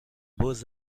beaux